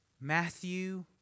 Matthew